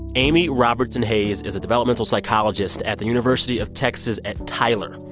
amy roberson hayes is a developmental psychologist at the university of texas at tyler.